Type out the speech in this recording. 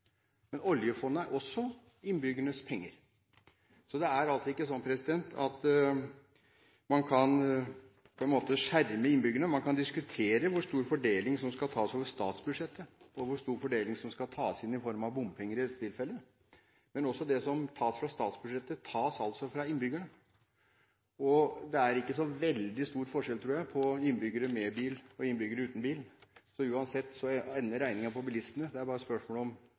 men oljefondet er også innbyggernes penger. Så det er altså ikke slik at man kan skjerme innbyggerne. Man kan diskutere hvor stor fordeling som skal tas over statsbudsjettet, og hvor stor fordeling som skal tas inn i form av bompenger – i dette tilfellet. Men også det som tas fra statsbudsjettet, tas fra innbyggerne. Og det er ikke så veldig stor forskjell, tror jeg, på innbyggere med bil og innbyggere uten bil. Så uansett ender regningen på bilistene, det er bare et spørsmål om